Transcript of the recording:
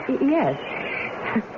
Yes